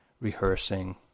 rehearsing